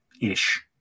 ish